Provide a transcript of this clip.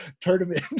tournament